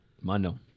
Mano